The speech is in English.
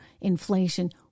inflation